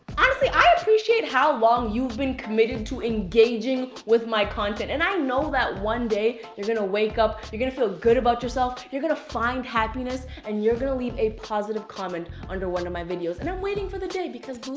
honestly, i appreciate how long you've been committed to engaging with my content. and i know that one day, you're gonna wake up, you're gonna feel good about yourself, yourself, you're gonna find happiness, and you're gonna leave a positive comment under one of my videos. and i'm waiting for the day because, boo,